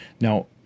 Now